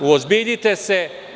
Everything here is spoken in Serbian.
Uozbiljite se.